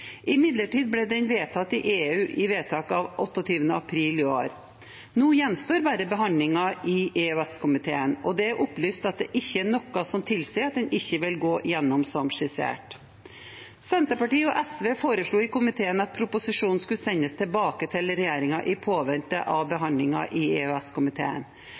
Imidlertid ble den vedtatt i EU 28. april i år. Nå gjenstår bare behandlingen i EØS-komiteen, og det er opplyst at det ikke er noe som tilsier at den ikke vil gå gjennom som skissert. Senterpartiet og SV foreslo i komiteen at proposisjonen skulle sendes tilbake til regjeringen i påvente av behandlingen i